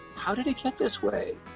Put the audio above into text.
how did it get this way?